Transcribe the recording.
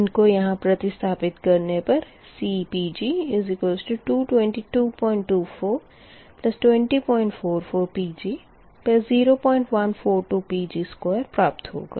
इनको यहाँ प्रतिस्थपित करने पर CPg222242044 Pg0142 Pg2 प्राप्त होगा